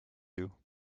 you